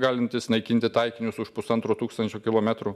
galintys naikinti taikinius už pusantro tūkstančio kilometrų